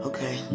Okay